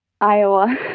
Iowa